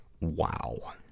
Wow